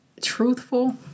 truthful